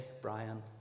Brian